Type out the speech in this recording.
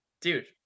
dude